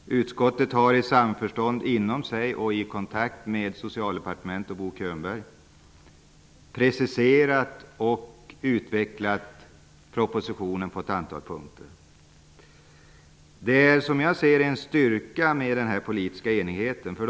Utskottet har i samförstånd och i kontakt med Socialdepartementet och Bo Könberg preciserat och utvecklat propositionen på ett antal punkter. Som jag ser detta är den här politiska enigheten en styrka.